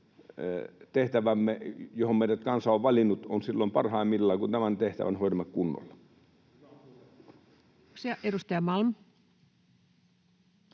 tehtävämme, johon meidät kansa on valinnut, on silloin parhaimmillaan, kun tämän tehtävän hoidamme kunnolla. [Speech 21]